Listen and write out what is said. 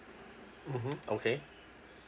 mmhmm okay